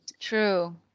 True